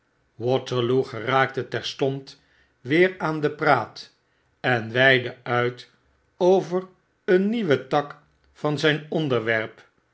waterloo geraakte terstond weer aan de praat en weidde uit over een nieuwe tak van zyn onderwerp